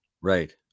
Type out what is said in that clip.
right